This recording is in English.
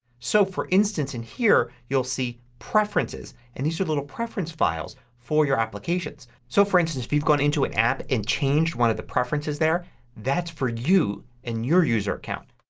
so for instance in here you'll see preferences and these are little preference files for your applications. so for instance if you've gone into an app and changed one of the preferences there that's for you in your user account.